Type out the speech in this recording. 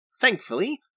Thankfully